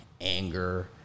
anger